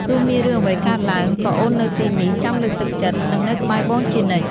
ទោះមានរឿងអ្វីកើតឡើង ក៏អូននៅទីនេះចាំលើកទឹកចិត្ត និងនៅក្បែរបងជានិច្ច។